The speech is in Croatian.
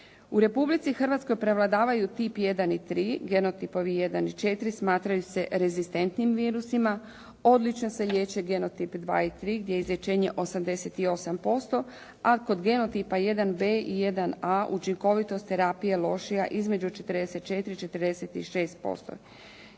U Republici Hrvatskoj prevladavaju tip 1 i 3, genotipovi 1 i 4 smatraju se rezistentnim virusima. Odlično se liječe genotip 2 i 3 gdje je izlječenje 88% a kod genotipa 1B i 1A učinkovitost terapije je lošija između 44 i 46%.